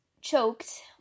choked